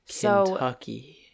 Kentucky